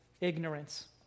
ignorance